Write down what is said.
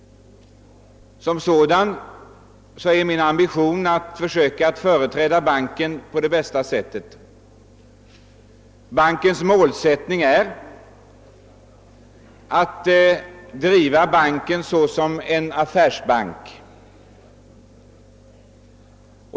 Som sådan har jag ambition att på bästa sätt söka företräda banken. Bankens målsättning är att den skall drivas som en affärsbank.